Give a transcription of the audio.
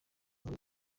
kuri